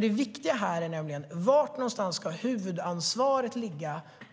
Det viktiga här är frågan var huvudansvaret